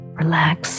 relax